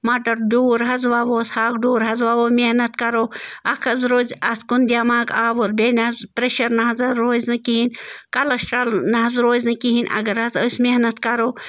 مَٹَر ڈوٗر حظ وَووس ہاکہٕ ڈوٗر حظ وَوو محنت کَرو اَکھ حظ روزِ اَتھ کُن دٮ۪ماغ آوُر بیٚیہِ نہٕ حظ پرٛیشَر نہٕ حظہ روزِ نہٕ کِہیٖنۍ کَلَسٹرٛال نہ حظ روزِ نہٕ کِہیٖنۍ اَگر حظ أسۍ محنت کَرو